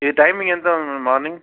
మీ timing ఎంత madam morning